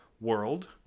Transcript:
world